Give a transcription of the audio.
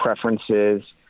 preferences